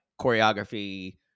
choreography